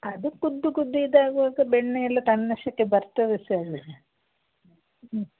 ಅದು ಕುದ್ದು ಕುದ್ದು ಇದು ಆಗುವಾಗ ಬೆಣ್ಣೆ ಎಲ್ಲ ತನ್ನಷ್ಟಕ್ಕೆ ಬರ್ತದೆ ಸರ್ ಹ್ಞೂ